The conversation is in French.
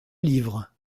livres